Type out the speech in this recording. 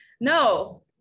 No